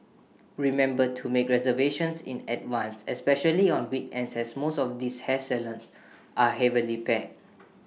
remember to make reservation in advance especially on weekends as most of these hair salons are heavily packed